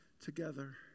together